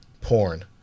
porn